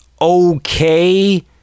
okay